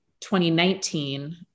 2019